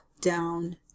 down